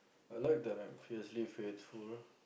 I like that I'm fiercely faithful